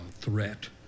threat